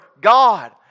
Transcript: God